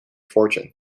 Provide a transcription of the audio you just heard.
fortune